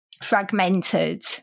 fragmented